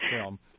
film